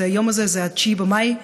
9 במאי,